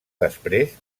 després